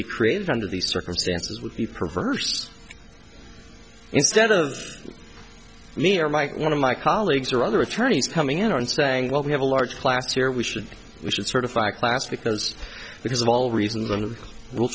be created under these circumstances would be perverse instead of me or my one of my colleagues or other attorneys coming in and saying well we have a large class here we should we should certify class because because of all reason